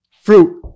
fruit